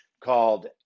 called